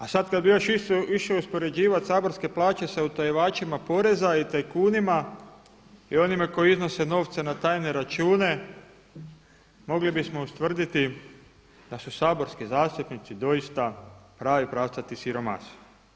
A sad kad bi još išao uspoređivati saborske plaće sa utajivačima poreza i tajkunima i onima koji iznose novce na tajne račune, mogli bismo ustvrditi da su saborski zastupnici doista pravi pravcati siromasi.